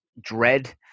Dread